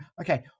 okay